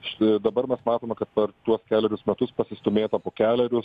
štai dabar mes matome kad per tuos kelerius metus pasistūmėta po kelerius